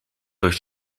durch